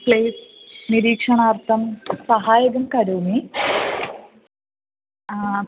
place निरीक्षणार्थं सहाय्यं करोमि